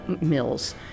mills